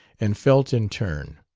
and felt in turn.